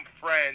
friends